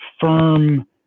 firm